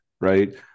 Right